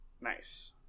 nice